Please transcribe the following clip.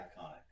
iconic